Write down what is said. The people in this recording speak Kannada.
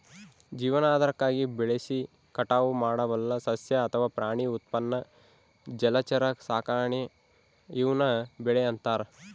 ಜೀವನಾಧಾರಕ್ಕಾಗಿ ಬೆಳೆಸಿ ಕಟಾವು ಮಾಡಬಲ್ಲ ಸಸ್ಯ ಅಥವಾ ಪ್ರಾಣಿ ಉತ್ಪನ್ನ ಜಲಚರ ಸಾಕಾಣೆ ಈವ್ನ ಬೆಳೆ ಅಂತಾರ